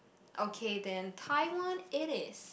okay then Taiwan it is